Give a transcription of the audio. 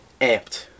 amped